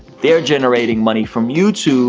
they're generating money from youtube